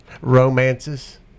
romances